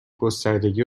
گستردگی